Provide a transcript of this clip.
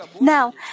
Now